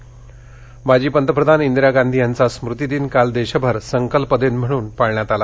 इंदिरा गांधी माजी पंतप्रधान इंदिरा गांधी यांचा स्मृतिदिन काल देशभर संकल्प दिन म्हणून पाळण्यात आला